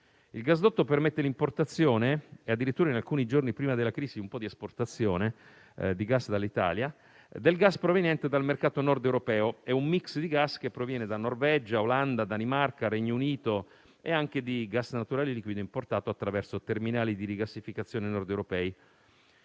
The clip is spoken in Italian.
Il gasdotto permette l'importazione - e addirittura, in alcuni giorni prima della crisi, un po' di esportazione di gas dall'Italia - del gas proveniente dal mercato nordeuropeo, un *mix* di gas che proviene da Norvegia, Olanda, Danimarca e Regno Unito e anche di gas naturale liquido importato attraverso terminali di rigassificazione nordeuropei.